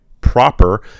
proper